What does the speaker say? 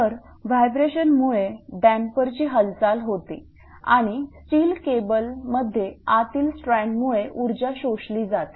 तर व्हायब्रेशनमुळे डॅम्परची हालचाल होते आणि स्टील केबलमध्ये आतील स्ट्रॅन्डमुळे ऊर्जा शोषली जाते